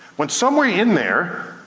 when somewhere in there,